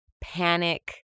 panic